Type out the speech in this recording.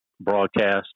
broadcast